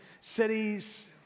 cities